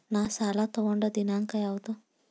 ನಾ ಸಾಲ ತಗೊಂಡು ದಿನಾಂಕ ಯಾವುದು?